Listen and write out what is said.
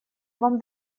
вам